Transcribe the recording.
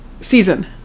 Season